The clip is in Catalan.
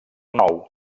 nou